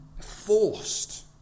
forced